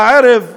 הערב,